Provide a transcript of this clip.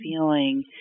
feeling